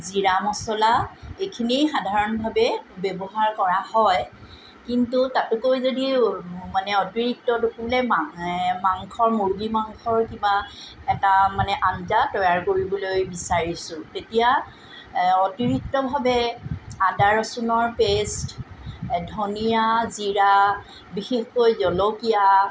জিৰা মছলা এইখিনি সাধাৰণভাৱে ব্যৱহাৰ কৰা হয় কিন্তু তাতোকৈ যদি মানে অতিৰিক্ত দি পেলাই মাংসৰ মূৰ্গী মাংসৰ কিবা মানে এটা আঞ্জা তৈয়াৰ কৰিবলৈ বিচাৰিছোঁ তেতিয়া অতিৰিক্তভাৱে আদা ৰচোনৰ পেষ্ট ধনীয়া জিৰা বিশেষকৈ জলকীয়া